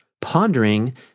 pondering